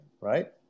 right